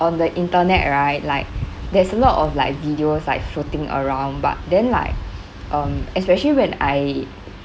on the internet right like there's a lot of like videos like floating around but then like um especially when I